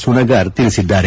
ಸುಣಗಾರ್ ತಿಳಿಸಿದ್ದಾರೆ